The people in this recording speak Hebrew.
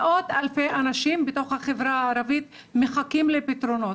מאות אלפי אנשים בתוך החברה הערבית מחכים לפתרונות.